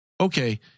Okay